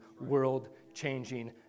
world-changing